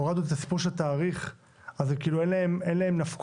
הורדנו את הסיפור של תאריך, אין להן נפקות.